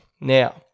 Now